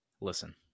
Listen